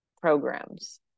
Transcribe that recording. programs